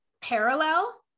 parallel